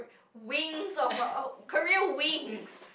wings of our career wings